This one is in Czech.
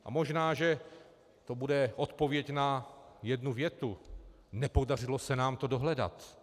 A možná že to bude odpověď na jednu větu: nepodařilo se nám to dohledat.